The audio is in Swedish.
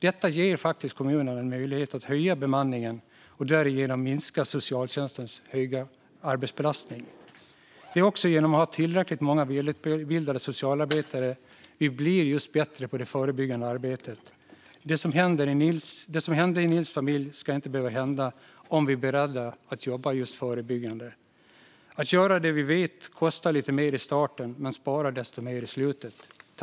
Detta ger kommunerna en möjlighet att öka bemanningen och därigenom minska socialtjänstens höga arbetsbelastning. Det är också genom att ha tillräckligt många välutbildade socialarbetare vi blir bättre på just det förebyggande arbetet. Det som hände i Nils familj ska inte behöva hända om vi är beredda att jobba förebyggande - att göra det vi vet kostar lite mer i starten men sparar desto mer i slutet.